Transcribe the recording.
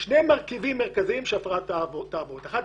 יש שני מרכיבים מרכזיים שההפרטה תעבוד: האחד